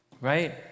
right